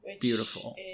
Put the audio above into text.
Beautiful